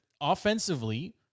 offensively